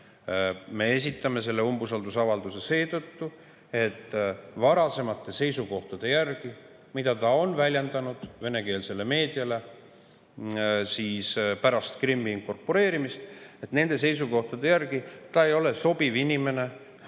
Me esitame selle umbusaldusavalduse seetõttu, et varasemate seisukohtade järgi, mida ta on väljendanud venekeelsele meediale pärast Krimmi inkorporeerimist, ta ei ole sobiv inimene kandma